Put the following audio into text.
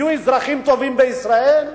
יהיו אזרחים טובים בישראל,